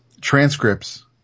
transcripts